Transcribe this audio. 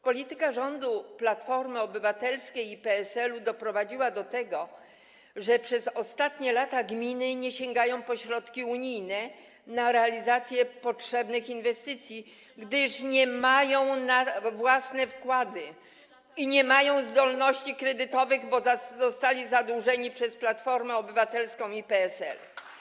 Polityka rządu Platformy Obywatelskiej i PSL-u doprowadziła do tego, że przez ostatnie lata gminy nie sięgają po środki unijne na realizację potrzebnych inwestycji, gdyż nie mają na wkłady własne i nie mają zdolności kredytowych, bo zostały zadłużone przez Platformę Obywatelską i PSL.